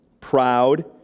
proud